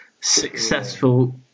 successful